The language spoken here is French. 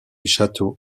château